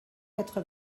quatre